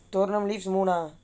தோரணை:thoranai leaves மூணா:moonaa